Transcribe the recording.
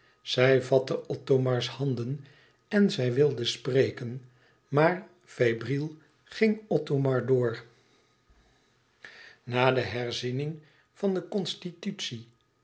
zij vatte othomars handen en zij wilde spreken maar febriel ging othomar door na de herziening van de